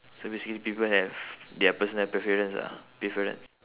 so basically people have their personal preference ah preference